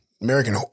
American